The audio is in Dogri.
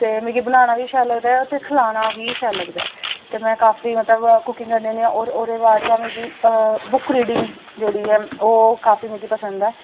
ते मिगी बनाना बी शैल लगदा ते खलाना बी शैल लगदा ऐ ते में काफी मतलब कुकिंग करनी होनी आं होर ओह्दे बाच मिगी अ बुक रीडिंग जेह्ड़ी ऐ ओह् काफी मिगी पसंद ऐ